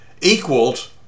equals